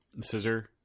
scissor